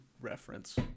reference